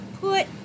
put